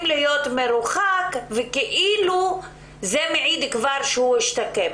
להיות מרוחק וכאילו זה מעיד על כך שהוא השתקם.